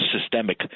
systemic